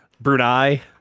Brunei